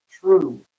true